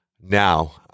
now